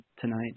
tonight